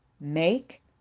make